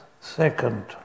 second